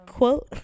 Quote